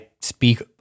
speak